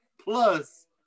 plus